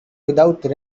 without